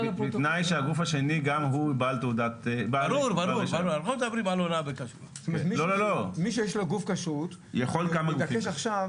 במצבים שהוא מגלה שיש לכאורה הונאה בכשרות אז הוא יכול לפעול